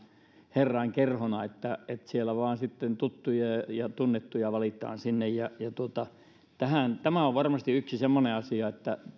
herrainkerhona että siellä vain sitten tuttuja ja tunnettuja valitaan sinne tämä on varmasti yksi semmoinen asia että